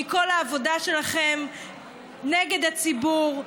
מכל העבודה שלכם נגד הציבור,